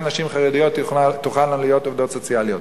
נשים חרדיות תוכלנה להיות עובדות סוציאליות.